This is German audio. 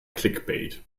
clickbait